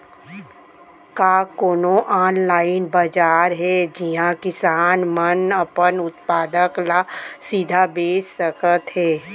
का कोनो अनलाइन बाजार हे जिहा किसान मन अपन उत्पाद ला सीधा बेच सकत हे?